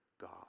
God